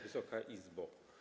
Wysoka Izbo!